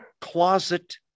closet